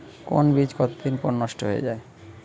কোন বীজ কতদিন পর নষ্ট হয়ে য়ায়?